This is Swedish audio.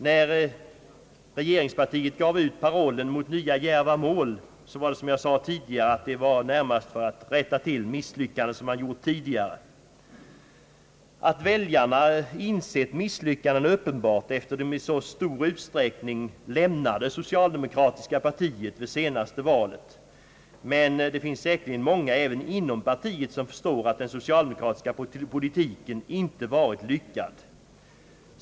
När regeringspartiet gav ut parollen »Mot nya djärva mål», bestod de nya djärva målen i att försöka rätta till alla de misslyckanden som man gjort tidigare. Att väljarna insett misslyckandena är uppenbart, eftersom de i så stor utsträckning lämnade socialdemokratiska partiet vid senaste valet, men det finns säkerligen många även inom partiet som förstår att den socialdemokratiska politiken inte varit lyckad.